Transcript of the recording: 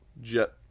jet